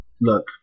look